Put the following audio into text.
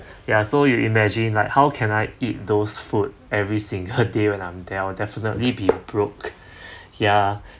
ya so you imagine like how can I eat those food every single day when I'm there I will definitely be broke ya